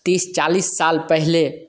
तीस चालीस साल पहले